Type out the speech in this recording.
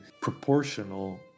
proportional